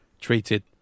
treated